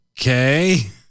Okay